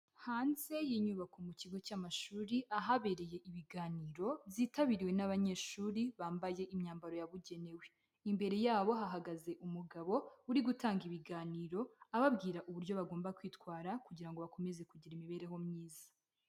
Hanze y'inyubako mu kigo cy'amashuri ahabereye ibiganiro byitabiriwe n'abanyeshuri bambaye imyambaro yabugenewe, imbere yabo hahagaze umugabo uri gutanga ibiganiro ababwira uburyo bagomba kwitwara kugira ngo bakomeze kugira imibereho myiza.